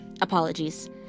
apologies